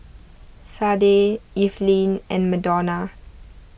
Sade Evelyn and Madonna